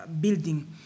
building